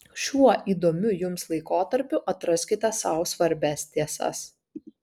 šiuo įdomiu jums laikotarpiu atraskite sau svarbias tiesas